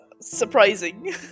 Surprising